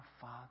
Father